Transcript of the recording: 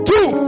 Two